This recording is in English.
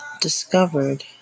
discovered